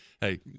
hey